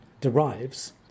derives